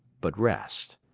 but rest.